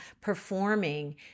performing